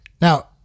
Now